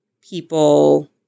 people